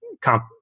comp